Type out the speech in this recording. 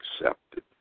accepted